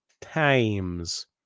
times